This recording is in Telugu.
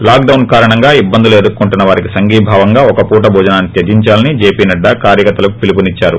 లాక్డాస్ కారణంగా ఇబ్బందులు ఎదుర్కోంటున్న వారికి సంఘీభావంగా ఒక పూట భోజనాన్ని త్యజిందాలని జేపీ నడ్డా కార్యకర్తలకు పిలుపునిద్చారు